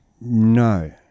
No